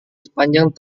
sepanjang